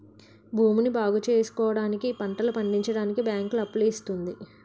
భూమిని బాగుచేసుకోవడానికి, పంటలు పండించడానికి బ్యాంకులు అప్పులు ఇస్తుంది